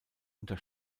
unter